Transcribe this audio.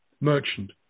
merchant